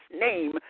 name